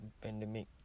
pandemic